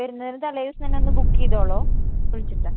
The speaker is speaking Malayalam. വരുന്നതിനു തലേദിവസം തന്നെയൊന്ന് ബുക്ക് ചെയ്തോളൂ വിളിച്ചിട്ട്